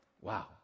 Wow